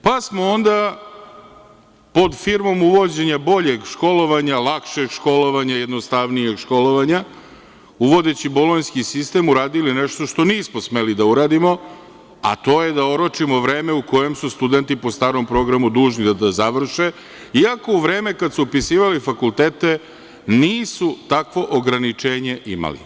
Onda smo pod firmom uvođenja boljeg školovanja, lakšeg, jednostavnijeg školovanja, uvodeći Bolonjski sistem uradili nešto što nismo smeli da uradimo, a to je da oročimo vreme u kojem su studenti po starom programu dužni da završe, iako u vreme kada su upisivali fakultete nisu takvo ograničenje imali.